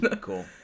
Cool